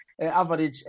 average